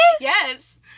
Yes